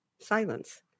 Silence